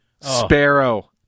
Sparrow